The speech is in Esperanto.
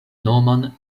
nomon